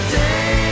day